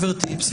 גברתי.